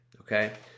Okay